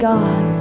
God